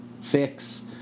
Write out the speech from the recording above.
fix